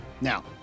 Now